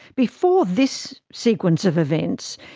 before this sequence of events,